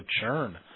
churn